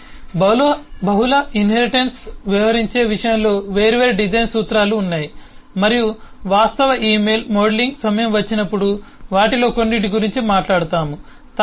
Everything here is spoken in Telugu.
కాబట్టి బహుళ ఇన్హెరిటెన్స్తో వ్యవహరించే విషయంలో వేర్వేరు డిజైన్ సూత్రాలు ఉన్నాయి మరియు వాస్తవ ఇమెయిల్ మోడలింగ్ సమయం వచ్చినప్పుడు వాటిలో కొన్నింటి గురించి మాట్లాడుతాము